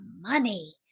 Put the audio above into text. money